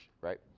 right